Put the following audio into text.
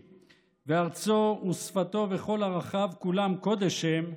וארצו ושפתו וכל ערכיו כולם קודש הם,